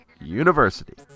University